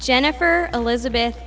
jennifer elizabeth